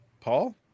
Paul